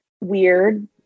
weird